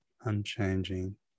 unchanging